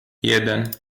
jeden